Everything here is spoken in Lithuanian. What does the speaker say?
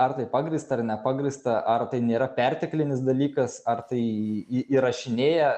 ar tai pagrįsta ar nepagrįsta ar tai nėra perteklinis dalykas ar tai į įrašinėja